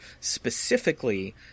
specifically